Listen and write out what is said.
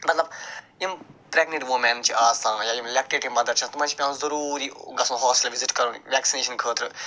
مطلب یِم pregnant women's چھِ آسان یا یِم لیکٹیٹِڈ مَدر چھِ آسان تِمن چھِ پٮ۪وان ضروٗری ہاسپِٹل وِزِٹ کَرُن ویکسِنیٚشن خٲطرٕ